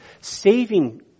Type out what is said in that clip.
Saving